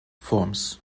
forms